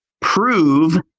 prove